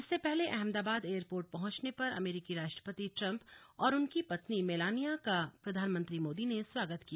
इससे पहले अहमदाबाद एयरपोर्ट पहुंचने पर अमेरीकी राष्ट्रपति ट्रंप और उनकी पत्नी मेलानिया का प्रधानमंत्री मोदी ने स्वागत किया